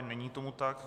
Není tomu tak.